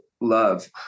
love